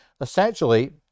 essentially